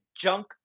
junk